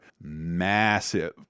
massive